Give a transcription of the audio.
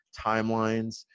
timelines